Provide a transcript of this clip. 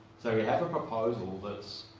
so, we have a proposal that's